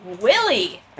Willie